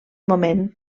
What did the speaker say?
moment